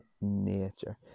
nature